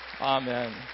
Amen